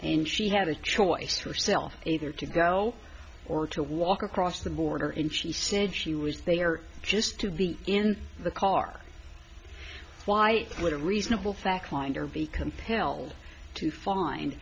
and she had a choice herself either to go or to walk across the border and she said she was there just to be in the car why would a reasonable fact mind or be compelled to find